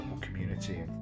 community